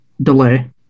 delay